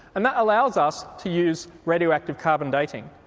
and that allows us to use radio active carbon dating.